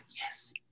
yes